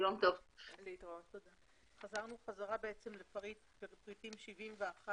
חזרנו לפריטים 70 ו-71.